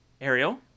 Ariel